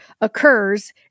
occurs